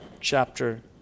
chapter